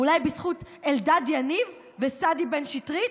אולי בזכות אלדד יניב וסדי בן שטרית,